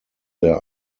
their